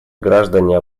граждане